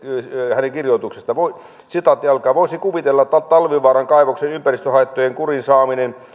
hänen kirjoituksestaan voisi kuvitella että talvivaaran kaivoksen ympäristöhaittojen kuriin saaminen